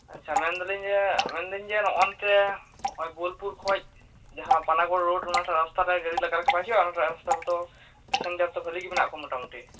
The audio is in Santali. ᱟᱪᱪᱷᱟ ᱢᱮᱱ ᱫᱟᱞᱤᱝ ᱡᱮ ᱢᱮᱱ ᱮᱫᱟᱹᱧ ᱡᱮ ᱱᱚᱜ ᱚᱱᱛᱮ ᱱᱚᱜᱼᱚᱭ ᱵᱳᱞᱯᱩᱨ ᱠᱷᱚᱡ ᱡᱟᱦᱟᱸ ᱯᱟᱱᱟᱜᱚᱲ ᱨᱳᱰ ᱚᱱᱟ ᱴᱟᱜ ᱨᱟᱥᱛᱟ ᱨᱮ ᱜᱟᱺᱰᱤ ᱞᱟᱜᱟ ᱞᱮᱠᱷᱟᱡ ᱵᱟᱝ ᱪᱤᱠᱟᱹᱜᱼᱟ ᱚᱱᱟ ᱴᱟᱜ ᱨᱟᱥᱟᱛᱟ ᱨᱮᱛᱚ ᱯᱮᱥᱮᱱᱡᱟᱨ ᱵᱷᱟᱞᱤᱜᱮ ᱢᱮᱱᱟᱜ ᱠᱚᱣᱟ ᱢᱚᱴᱟ ᱢᱩᱴᱤ